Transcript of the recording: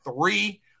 three